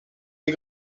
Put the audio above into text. des